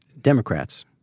Democrats